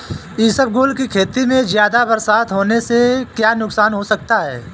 इसबगोल की खेती में ज़्यादा बरसात होने से क्या नुकसान हो सकता है?